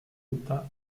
utah